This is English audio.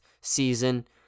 season